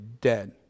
dead